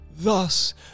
Thus